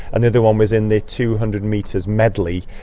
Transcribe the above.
and the other one was in the two hundred metres medley.